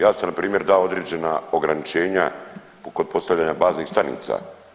Ja sam npr. dao određena ograničenja kod postavljanja baznih stanica.